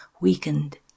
weakened